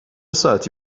ساعتی